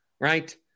right